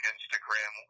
Instagram